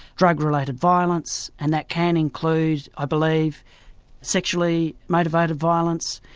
drug-related violence and that can include i believe sexually motivated violence.